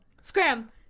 scram